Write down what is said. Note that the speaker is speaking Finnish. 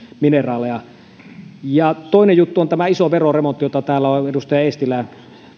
mineraaleja toinen juttu on tämä iso veroremontti jota täällä on edustaja eestilä